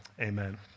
amen